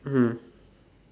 mm